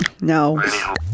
No